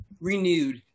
renewed